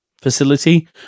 facility